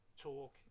talk